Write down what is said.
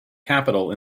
capital